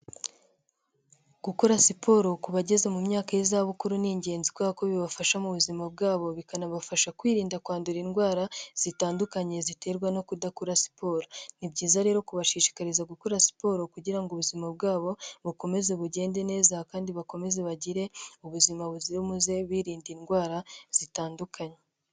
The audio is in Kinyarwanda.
Gukora siporo ku bageze mu myaka y'izabukuru, ni ingenzi kubera ko bibafasha mu buzima bwabo, bikanabafasha kwirinda kwandura indwara zitandukanye ziterwa no kudakora siporo, ni byiza rero kubashishikariza gukora siporo kugira ngo ubuzima bwabo bukomeze bugende neza kandi bakomeze bagire ubuzima buzira umuze, birinda indwara zitandukanye.